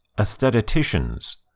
Aestheticians